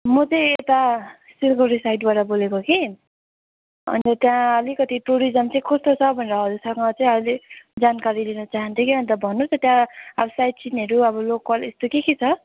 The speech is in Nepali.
म चाहिँ यता सिलगढी साइडबाट बोलेको कि अनि त्यहाँ अलिकति टुरिजम चाहिँ कस्तो छ भनेर हजुरसँग चाहिँ अहिले जानकारी लिन चाहन्थे कि अन्त भन्नुहोस् त्यहाँ अब साइड सिनहरू अब लोकल यस्तो के के छ